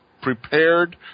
prepared